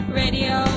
radio